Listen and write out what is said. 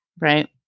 Right